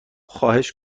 خواهش